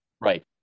Right